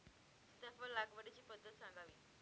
सीताफळ लागवडीची पद्धत सांगावी?